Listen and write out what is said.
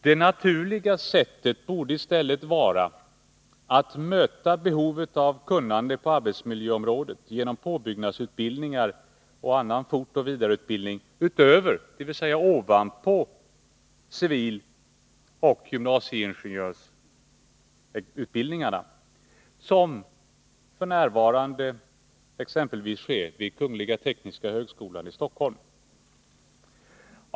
Det naturliga borde i stället vara att möta behovet av kunnande på arbetsmiljöområdet genom påbyggnadsutbildningar och annan fortoch vidareutbildning ovanpå civiloch gymnasieingenjörsutbildningarna, som sker vid exempelvis Kungliga Tekniska högskolan i Stockholm.